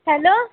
hello